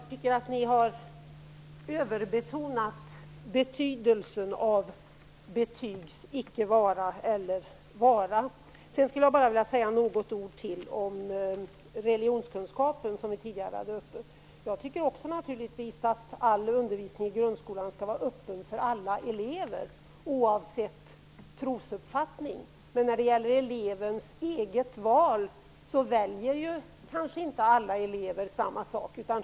Fru talman! Jag tycker att ni har överbetonat betydelsen av betygens vara eller icke vara. Jag skulle bara vilja säga något ytterligare om religionskunskapen, som tidigare var uppe i debatten. Jag tycker naturligtvis också att all undervisning i grundskolan skall vara öppen för alla elever, oavsett trosuppfattning. Men detta gäller elevens fria val. Alla elever kanske inte väljer samma sak.